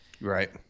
Right